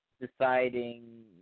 deciding